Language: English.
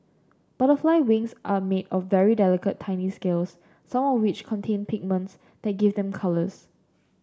butterfly wings are made of very delicate tiny scales some of which contain pigments that give them colours